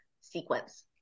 sequence